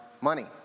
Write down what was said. money